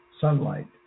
sunlight